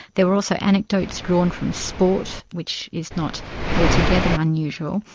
there were also anecdotes drawn from sport, which is not altogether unusual.